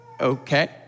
Okay